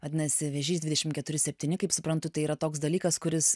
vadinasi vėžys dvidešim keturi septyni kaip suprantu tai yra toks dalykas kuris